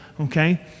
okay